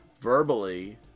verbally